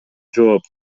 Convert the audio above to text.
жооп